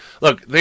Look